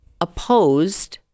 opposed